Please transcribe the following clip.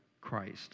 Christ